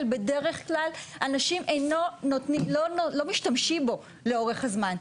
בדרך כלל אנשים לא משתמשים בו לאורך הזמן.